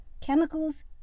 chemicals